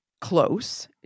close